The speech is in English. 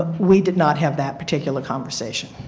ah we did not have that particular conversation.